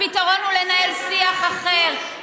הפתרון הוא לנהל שיח אחר,